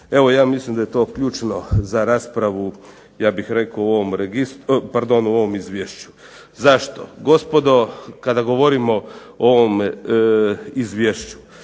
Evo ja mislim da je to ključno za raspravu ja bih rekao u ovom izvješću. Zašto? Gospodo kada govorimo o ovom izvješću